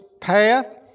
path